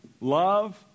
love